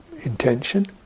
intention